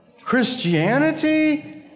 Christianity